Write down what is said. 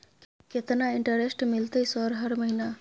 केतना इंटेरेस्ट मिलते सर हर महीना?